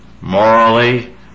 morally